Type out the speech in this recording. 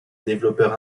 développeur